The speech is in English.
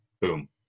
boom